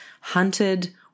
hunted